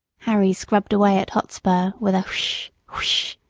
harry scrubbed away at hotspur with a huish! huish!